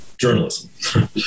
journalism